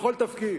בכל תפקיד.